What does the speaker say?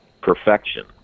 perfection